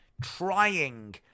trying